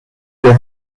der